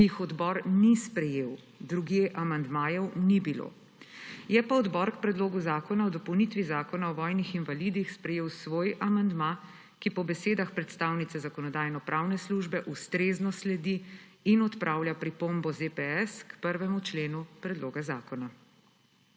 ki jih odbor ni sprejel, drugje amandmajev ni bilo. Je pa odbor k Predlogu zakona o dopolnitvi Zakona o vojnih invalidih sprejel svoj amandma, ki po besedah predstavnice Zakonodajno-pravne službe ustrezno sledi in odpravlja pripombo ZPS k 1. členu predloga zakona.